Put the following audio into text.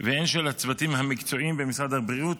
והן של הצוותים המקצועיים במשרד הבריאות,